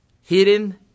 hidden